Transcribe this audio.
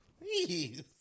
Please